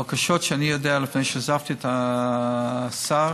הבקשות שאני יודע עליהן לפני שעזבתי את תפקיד השר